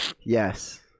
Yes